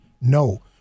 no